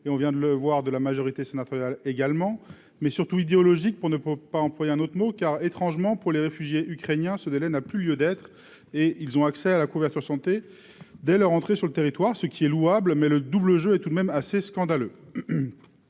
et on vient de le voir de la majorité sénatoriale également mais surtout idéologique pour ne pas employer un autre mot car étrangement pour les réfugiés ukrainiens, ce délai n'a plus lieu d'être, et ils ont accès à la couverture santé dès leur entrée sur le territoire, ce qui est louable mais le double jeu et tout de même assez scandaleux